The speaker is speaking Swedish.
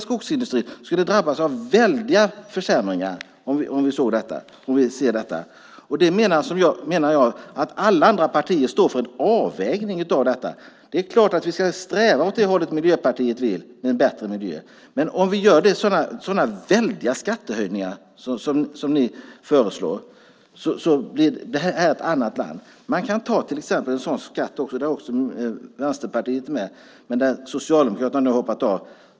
Skogsindustrin skulle drabbas av väldiga försämringar. Alla andra partier står för en avvägning. Det är klart att vi ska sträva åt det håll Miljöpartiet vill för en bättre miljö, men inte med sådana väldiga skattehöjningar som ni föreslår. Vi kan också ta en sådan skatt som flygbeskattningen där Vänsterpartiet är med, men Socialdemokraterna har hoppat av.